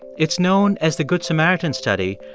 it's known as the good samaritan study,